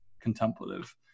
contemplative